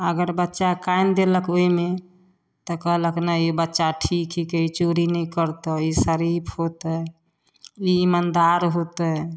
अगर बच्चा कानि देलक ओहिमे तऽ कहलक नहि ई बच्चा ठीक हिकै चोरी नहि करतै ई शरीफ होतै ई इमानदार होतै